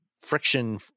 friction